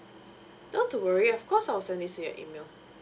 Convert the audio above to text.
not to worry of course I will send this to your email